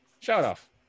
Shout-off